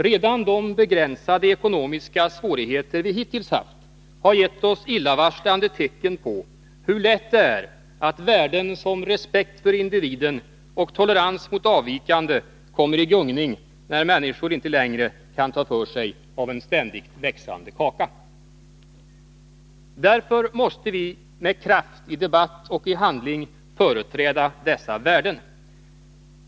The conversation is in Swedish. Redan de begränsade ekonomiska svårigheter vi hittills haft har gett oss illavarslande tecken på hur lätt det är att värden som respekt för individen och tolerans mot avvikande kommer i gungning, när människor inte längre kan ta för sig av en ständigt växande kaka. Därför måste vi med kraft i debatt och i handling företräda dessa värden.